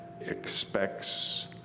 expects